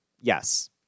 yes